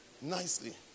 nicely